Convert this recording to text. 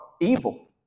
evil